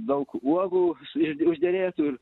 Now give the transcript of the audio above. daug uogų už užderėtų ir